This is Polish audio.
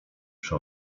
przy